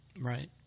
right